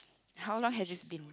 how long has it been